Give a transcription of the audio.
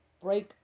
break